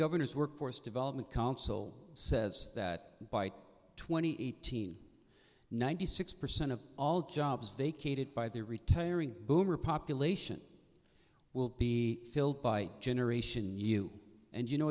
governor's workforce development council says that by twenty eighteen ninety six percent of all jobs they catered by their retiring boomer population will be filled by generation you and you know